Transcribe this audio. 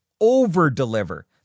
Over-deliver